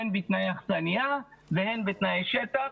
הן בתנאי אכסניה והן בתנאי שטח,